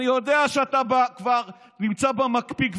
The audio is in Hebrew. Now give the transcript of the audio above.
אני יודע שאתה כבר נמצא במקפיא,